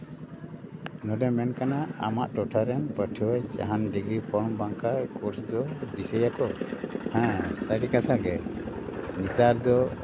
ᱱᱚᱸᱰᱮ ᱢᱮᱱ ᱠᱟᱱᱟ ᱟᱢᱟᱜ ᱴᱚᱴᱷᱟ ᱨᱮᱱ ᱯᱟᱹᱴᱷᱩᱣᱟᱹ ᱡᱟᱦᱟᱱ ᱰᱤᱜᱽᱨᱤ ᱠᱚᱦᱚᱸ ᱵᱟᱝᱡᱷᱟᱡ ᱠᱳᱨᱥ ᱫᱚ ᱫᱤᱥᱟᱹᱭᱟᱠᱚ ᱦᱮᱸ ᱥᱟᱹᱨᱤ ᱠᱟᱛᱷᱟ ᱜᱮ ᱱᱮᱛᱟᱨ ᱫᱚ